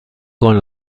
con